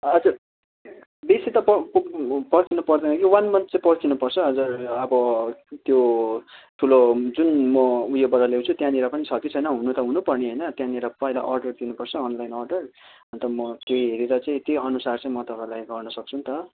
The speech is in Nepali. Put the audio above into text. हजर बेसी त पर्खिनु पर्दैन कि वान मन्थ चाहिँ पर्खिनु पर्छ हजुर अब त्यो ठुलो जुन म उयोबाट ल्याउँछु त्यहाँनिर पनि छ कि छैन हुनु त हुनु पर्ने होइन त्यहाँनिर पहिला अर्डर दिनुपर्छ अनलाइन अर्डर अन्त म त्यो हेरेर चाहिँ त्यही अनुसार चाहिँ म तपाईँलाई गर्नु सक्छु नि त